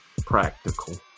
practical